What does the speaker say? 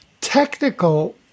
technical